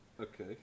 Okay